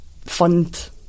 fund